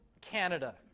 Canada